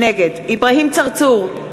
נגד אברהים צרצור,